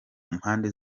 mpande